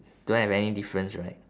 don't have any difference right